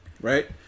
right